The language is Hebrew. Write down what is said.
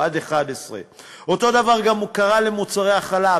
הוא עד 2011. אותו דבר גם קרה למוצרי החלב,